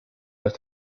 los